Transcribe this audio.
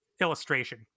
illustration